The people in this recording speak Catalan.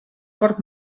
corb